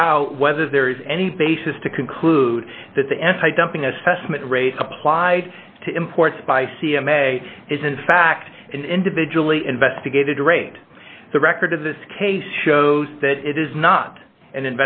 about whether there is any basis to conclude that the antidumping assessment rate applied to imports by c m a is in fact an individually investigated rate the record of this case shows that it is not and